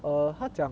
err 他讲